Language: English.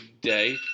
day